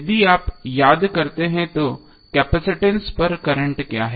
यदि आप याद करते हैं तो केपसिटंस पर करंट क्या है